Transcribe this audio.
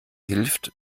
hilft